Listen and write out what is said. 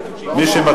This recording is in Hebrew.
ציבוריים(תיקון מס' 2). מי שמצביע,